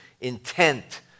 intent